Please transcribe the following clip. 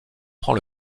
prend